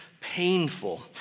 painful